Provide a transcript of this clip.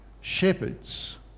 shepherds